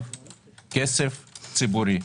- כסף ציבורי,